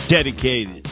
Dedicated